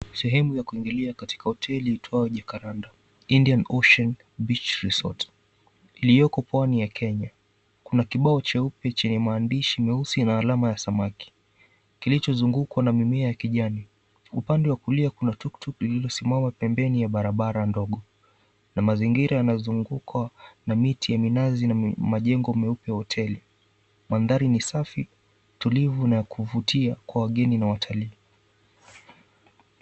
Sehemu ya kuingilia katika hoteli iitwayo Jakaranda Indian Ocean Beach Resort. Iliyoko pwani ya kenya. Kuna kibao cheupe chenye maandishi meusi na alama ya samaki, kilichozungukwa na mimea ya kijani. Upande wa kulia kuna tuktuk liliyosimama pembeni ya barabara ndogo, na mazingira yanayozungukwa na miti ya minazi na majengo meupe ya hoteli. Mandhari ni safi, tulivu na kuvutia kwa wageni na watalii.